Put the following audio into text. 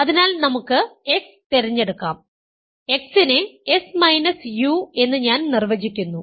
അതിനാൽ നമുക്ക് x തിരഞ്ഞെടുക്കാം x നെ s u എന്ന് ഞാൻ നിർവചിക്കുന്നു